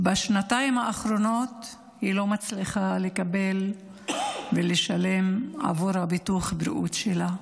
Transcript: בשנתיים האחרונות היא לא מצליחה לקבל ולשלם עבור ביטוח הבריאות שלה,